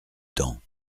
temps